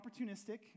opportunistic